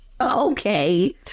Okay